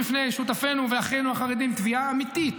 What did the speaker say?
אנחנו מציבים בפני שותפינו ואחינו החרדים תביעה אמיתית